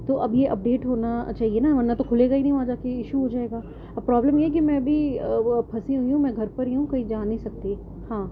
تو اب یہ اپ ڈیٹ ہونا چاہیے نا ورنہ تو کھلے گا ہی نہیں وہاں جا کے ایشو ہو جائے گا اب پرابلم یہ ہے کہ میں بھی پھنسی ہوئی ہوں میں گھر پر ہی ہوں کہیں جا نہیں سکتی ہاں